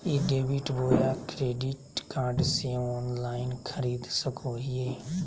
ई debit बोया credit card से online खरीद सको हिए?